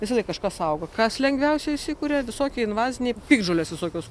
visąlaik kažkas saugo kas lengviausiai įsikuria visokie invaziniai piktžolės visokios